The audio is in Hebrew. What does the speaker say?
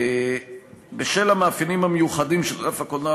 בשל המאפיינים המיוחדים של ענף הקולנוע